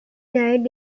died